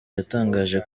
yatangaje